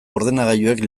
ordenagailuek